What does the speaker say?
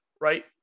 right